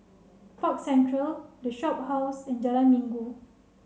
Park Central The Shophouse and Jalan Minggu